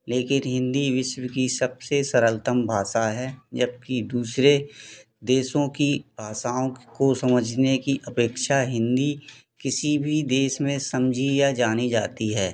लेकिन हिंदी विश्व की सबसे सरलतम भाषा है जबकि दूसरे देशों की भाषाओं को समझने की अपेक्षा हिंदी किसी भी देश में समझी या जानी जाती है